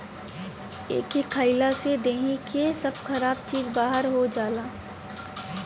एके खइला से देहि के सब खराब चीज बहार हो जाला